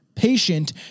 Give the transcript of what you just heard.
Patient